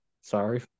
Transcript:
sorry